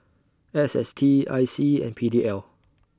S S T I C and P D L